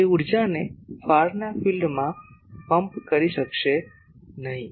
તે ઊર્જાને ફારના ફિલ્ડમાં પમ્પ કરી શકશે નહીં